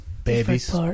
Babies